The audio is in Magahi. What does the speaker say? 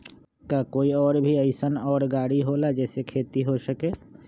का कोई और भी अइसन और गाड़ी होला जे से खेती हो सके?